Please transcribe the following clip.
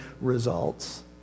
results